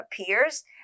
appears